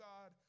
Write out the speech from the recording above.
God